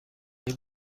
این